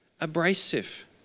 abrasive